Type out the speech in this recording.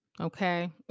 Okay